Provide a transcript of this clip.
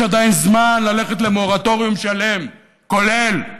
יש עדיין זמן ללכת למורטוריום שלם, כולל,